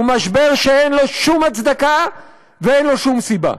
הוא משבר שאין לו שום הצדקה ואין לו שום סיבה.